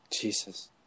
Jesus